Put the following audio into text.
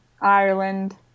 Ireland